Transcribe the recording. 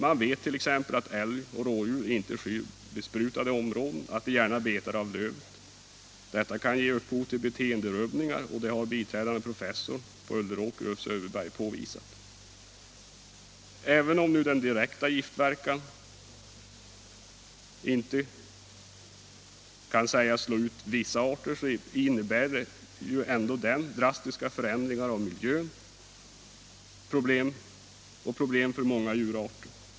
Man vet att älg och rådjur inte flyr besprutade områden och att de gärna betar av lövet. Detta kan ge upphov till beteenderubbningar vilket biträdande professorn på Ulleråker Ulf Söderberg har påvisat. Även om den direkta giftverkan inte kan sägas slå ut vissa arter så innebär ändå den drastiska förändringen av miljön problem för många djurarter.